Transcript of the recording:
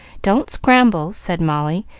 don't scramble, said molly,